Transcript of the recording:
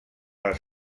les